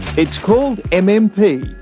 it's called and and mmp,